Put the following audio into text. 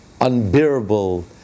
unbearable